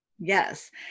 Yes